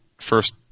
first